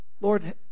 Lord